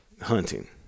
hunting